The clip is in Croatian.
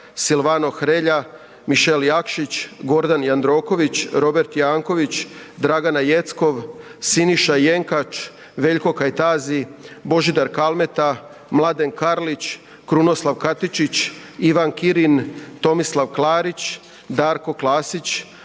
Silvano Hrelja, Mišel Jakšić, Gordan Jandroković, Robert Jankovics, Dragana Jeckov, Siniša Jenkač, Veljko Kajtazi, Božidar Kalmeta, Mladen Karlić, Krunoslav Katičić, Ivan Kirin, Tomislav Klarić, Darko Klasić,